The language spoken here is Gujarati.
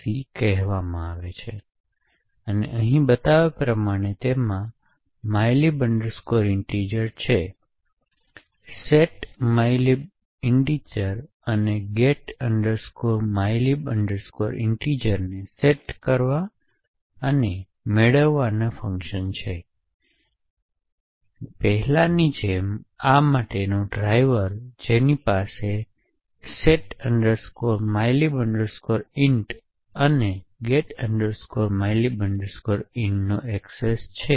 c કહેવામાં આવે છે અને અહીં બતાવ્યા પ્રમાણે તેમાં mylib int છે set mylib int અને get mylib int ને સેટ કરવા અને મેળવવાના ફંકશન છે અને પહેલાની જેમ આ માટેનો ડ્રાઇવર જેની પાસે set mylib int અને get mylib int નો એક્સેસ છે